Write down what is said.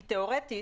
היא תיאורטית,